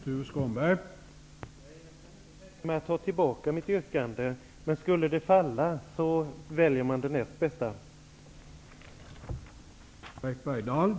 Herr talman! Jag är fullt nöjd, och jag är tacksam för att även ni kommer att ge ert stöd här. Jag misstänker att Tuve Skånberg stöds av ganska många.